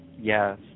Yes